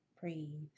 breathe